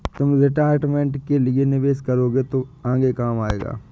तुम रिटायरमेंट के लिए निवेश करोगे तो आगे काम आएगा